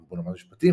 קמבון למד משפטים,